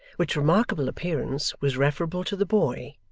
which remarkable appearance was referable to the boy,